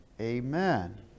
amen